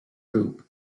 group